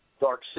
Dark